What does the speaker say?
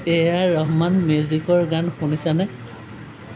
এ আৰ ৰহমান মিউজিকৰ গান শুনিছানে